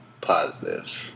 positive